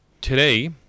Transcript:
today